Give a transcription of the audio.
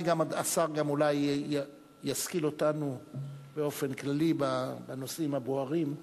השר גם אולי ישכיל אותנו באופן כללי בנושאים הבוערים.